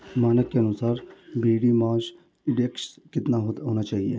मानक के अनुसार बॉडी मास इंडेक्स कितना होना चाहिए?